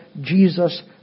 Jesus